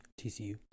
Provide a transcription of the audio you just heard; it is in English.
TCU